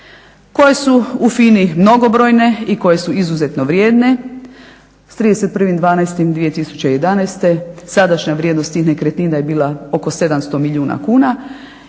koje su u FINA-i mnogobrojne i koje su izuzetno vrijedne. S 31.12.2011. sadašnja vrijednost tih nekretnina je bila oko 700 milijuna kuna